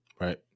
Right